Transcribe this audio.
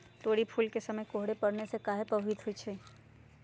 तोरी फुल के समय कोहर पड़ने से काहे पभवित होई छई?